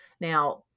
Now